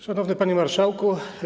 Szanowny Panie Marszałku!